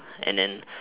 and then